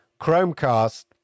Chromecast